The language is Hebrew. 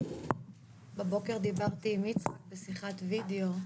בבוקר דיברתי עם יצחק בשיחת וידאו,